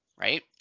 Right